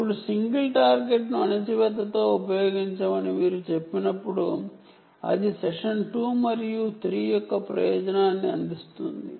ఇప్పుడు సింగిల్ టార్గెట్ను అణచివేతతో ఉపయోగించమని మీరు చెప్పినప్పుడు ఇది సెషన్ 2 మరియు 3 యొక్క ప్రయోజనాన్ని అందిస్తుంది